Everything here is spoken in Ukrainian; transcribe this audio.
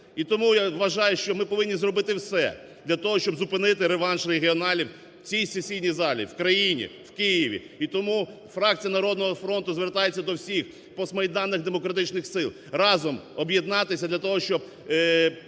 І тому я вважаю, що ми повинні зробити все для того, щоби зупинити реванш "регіоналів" в цій сесійній залі, в країні, в Києві. І тому фракція "Народного фронту" звертається до всіх постмайданних демократичних сил разом об'єднатися для того, щоб